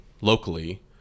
locally